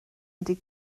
ydy